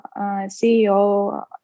ceo